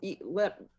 let